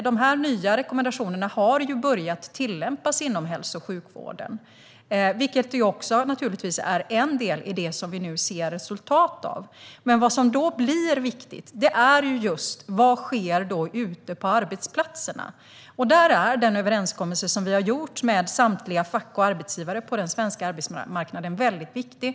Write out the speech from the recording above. Dessa nya rekommendationer har börjat att tillämpas inom hälso och sjukvården, vilket naturligtvis också är en del i det som vi nu ser resultat av. Men det som då blir viktigt är vad som sker ute på arbetsplatserna. Där är den överenskommelse som vi har träffat med samtliga fack och arbetsgivare på den svenska arbetsmarknaden väldigt viktig.